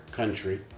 country